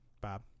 Bob